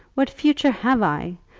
what future have i?